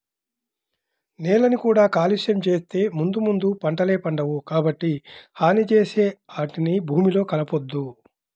నేలని కూడా కాలుష్యం చేత్తే ముందు ముందు పంటలే పండవు, కాబట్టి హాని చేసే ఆటిని భూమిలో కలపొద్దు